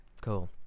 cool